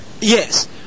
Yes